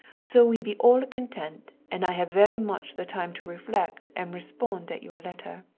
so we be all content and i have very much the time to reflect and respond at your letter.